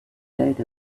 diet